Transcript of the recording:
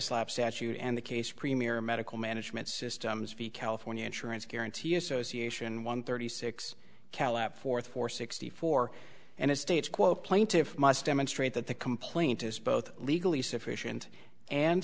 slapp saturated and the case premier medical management systems fee california insurance guarantee association one thirty six cal at forth for sixty four and it states quote plaintiffs must demonstrate that the complaint is both legally sufficient and